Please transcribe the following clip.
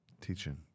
teaching